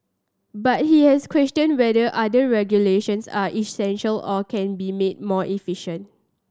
but he has questioned whether other regulations are essential or can be made more efficient